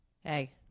hey